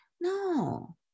No